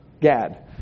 Gad